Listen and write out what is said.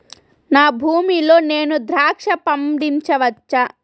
నా భూమి లో నేను ద్రాక్ష పండించవచ్చా?